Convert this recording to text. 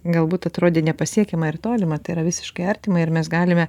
galbūt atrodė nepasiekiama ir tolima tai yra visiškai artima ir mes galime